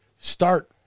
start